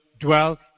dwell